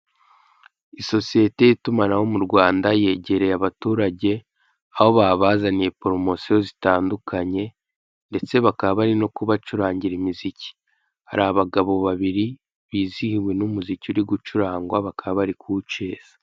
Isosiyete y'itumanaho mu Rwanda yegereye abaturage, aho babazaniye poromosiyo zitandukanye, ndetse bakaba bari no kubacurangira umuziki. Hari abagabo babiri bizihiwe n'umuziki uri gucurangwa, bakaba bari kuwuceza,